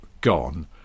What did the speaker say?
gone